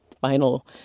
final